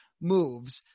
moves